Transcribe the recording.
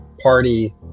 party